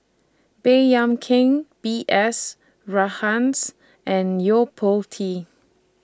Baey Yam Keng B S Rajhans and Yo Po Tee